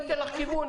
אני נותן לך כיוון,